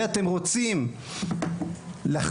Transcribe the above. ואז אני שומעת שהאוניברסיטה מוציאה כל מיני מאמרים שמדברים על